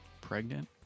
pregnant